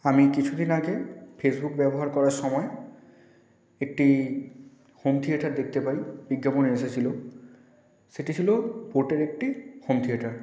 আমি কিছু দিন আগে ফেসবুক ব্যবহার করার সময় একটি হোম থিয়েটার দেখতে পাই বিজ্ঞাপনে এসেছিলো সেটি ছিলো বোটের একটি হোম থিয়েটার